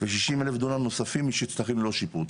ושישים אלף דונם נוספים לשטחים ללא שיפוט.